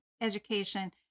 education